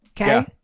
okay